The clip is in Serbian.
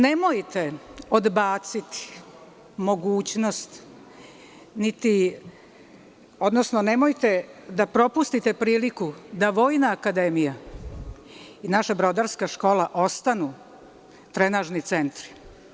Nemojte odbaciti mogućnost, odnosno nemojte da propustite priliku da Vojna akademija i naša Brodarska škola ostanu trenažni centri.